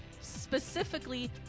specifically